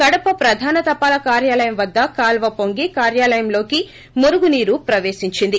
కడప ప్రధాన తపాలా కార్యాలయం వద్ద కాల్వ హింగి కార్యాలయంలోకి మురుగునీరు ప్రవేశించింది